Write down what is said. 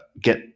get